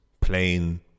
plain